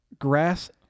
Grass